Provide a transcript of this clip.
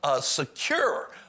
secure